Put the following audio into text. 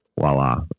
voila